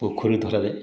ପୋଖରୀରୁ ଧରାଯାଏ